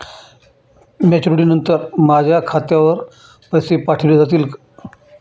Maturity नंतर माझ्या खात्यावर पैसे पाठविले जातील?